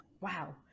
Wow